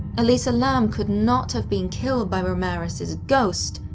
elisa lam could not have been killed by ramirez's ghost,